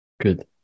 Good